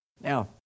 Now